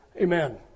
Amen